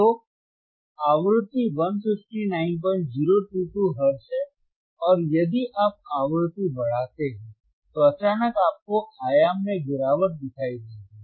तो आवृत्ति 159022 हर्ट्ज है और यदि आप आवृत्ति बढ़ाते हैं तो अचानक आपको आयाम में गिरावट दिखाई देगी